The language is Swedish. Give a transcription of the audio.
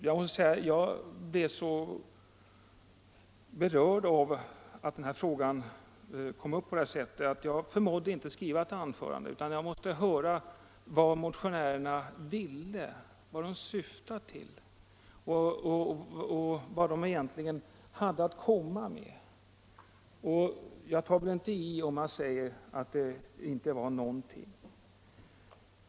Jag måste säga att jag blev så berörd av att den här frågan kom upp på det här sättet att jag inte förmådde skriva ett anförande, utan jag ville höra vad motionärerna syftade till och egentligen hade att komma med. Jag tar inte i om jag säger att det inte var någonting!